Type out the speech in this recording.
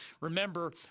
Remember